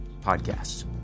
podcasts